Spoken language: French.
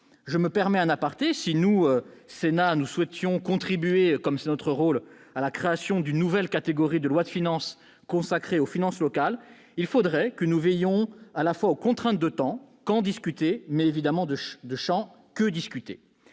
Je me permets un aparté : si nous, au Sénat, souhaitions contribuer, comme c'est notre rôle, à la création d'une nouvelle catégorie de lois de finances, consacrées aux finances locales, il faudrait que nous veillions à la fois aux contraintes de temps- quand discuter ? -et, bien entendu, de champ- que discuter